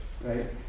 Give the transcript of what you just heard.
right